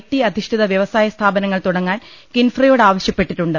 T അധിഷ്ഠിത വ്യവസായസ്ഥാപനങ്ങൾ തുടങ്ങാൻ കിൻഫ്രയോട് ആവശ്യപ്പെട്ടിട്ടുണ്ട്